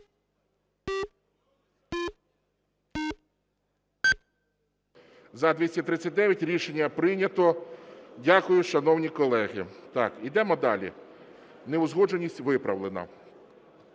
За-239 Рішення прийнято. Дякую, шановні колеги. Так, йдемо далі, неузгодженість виправлено.